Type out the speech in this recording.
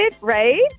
right